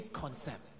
concept